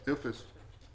אפס.